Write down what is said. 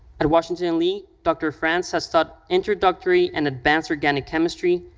at washington and lee, dr. france has taught introductory and advanced organic chemistry,